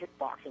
kickboxing